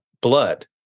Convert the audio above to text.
blood